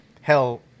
hell